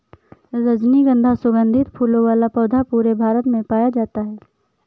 रजनीगन्धा सुगन्धित फूलों वाला पौधा पूरे भारत में पाया जाता है